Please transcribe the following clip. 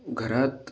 घरात